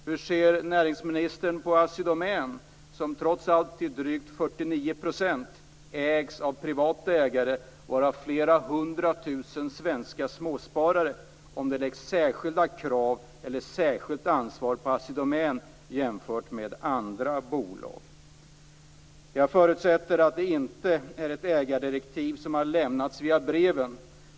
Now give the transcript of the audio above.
Hur ser näringsministern på Assi Domän, som trots allt till drygt 49 % ägs privat varav flera hundra tusen svenska småsparare? Ställs det särskilda krav på Assi Domän, och har Assi Domän ett särskilt ansvar jämfört med andra bolag? Jag förutsätter att det inte är ett ägardirektiv som har lämnats via breven.